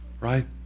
right